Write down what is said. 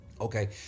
Okay